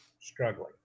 struggling